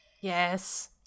Yes